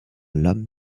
lam